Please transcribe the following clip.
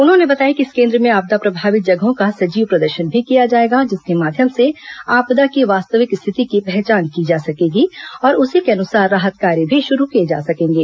उन्होंने बताया कि इस केंद्र में आपदा प्रभावित जगहों का सजीव प्रदर्शन भी किया जाएगा जिसके माध्यम से आपदा की वास्तविक स्थिति की पहचान की जा सकेगी और उसी के अनुसार राहत कार्य भी शुरू किए जा सकेंगे